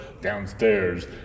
downstairs